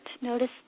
notice